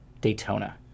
Daytona